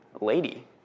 lady